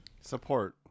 Support